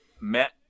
Met